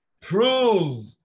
prove